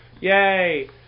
Yay